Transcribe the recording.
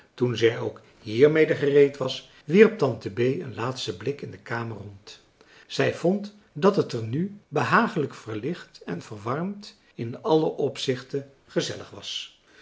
toen zij ook hiermede gereed was wierp tante bee een laatsten blik in de kamer rond zij vond dat het er nu behagelijk verlicht en verwarmd in alle opzichten gezellig was